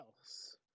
else